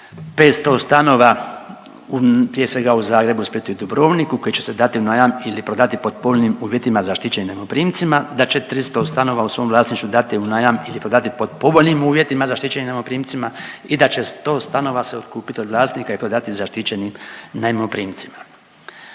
500 stanova prije svega u Zagrebu, Splitu i Dubrovniku koji će se dati u najam ili prodati pod povoljnim uvjetima zaštićenim najmoprimcima, da će 300 stanova u svom vlasništvu dati u najam ili prodati pod povoljnijim uvjetima zaštićenim najmoprimcima i da će 100 stanova se otkupit od vlasnika i prodati zaštićenim najmoprimcima.